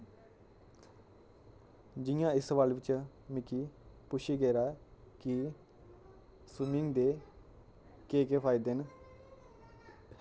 जियां इस सवाल विच मिकी पुच्छेआ गेदा ऐ कि स्विमिंग दे केह् केह् फायदे न